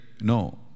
No